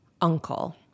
uncle